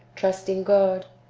trust in god,